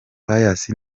pius